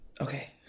Okay